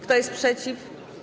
Kto jest przeciw?